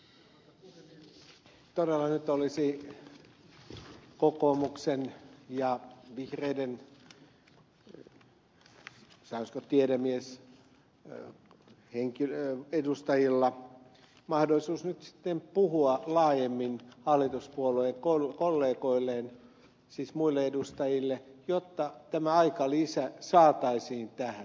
todella nyt olisi kokoomuksen ja vihreiden sanoisiko tiedemiesedustajilla mahdollisuus sitten puhua laajemmin hallituspuolueen kollegoilleen siis muille edustajille jotta tämä aikalisä saataisiin tähän